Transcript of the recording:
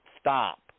stop